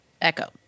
echo